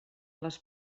les